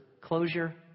closure